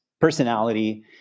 personality